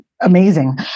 Amazing